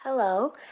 Hello